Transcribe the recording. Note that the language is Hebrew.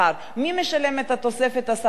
מי משלם את תוספת השכר הזו?